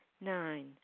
Nine